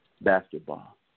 basketball